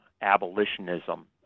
abolitionism